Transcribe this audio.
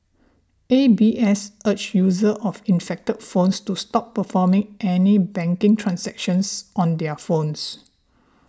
A B S urged users of infected phones to stop performing any banking transactions on their phones